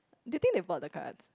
do you think they bought the cards